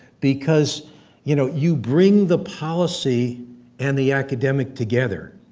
because you know, you bring the policy and the academic together,